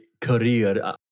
career